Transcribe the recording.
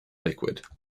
liquid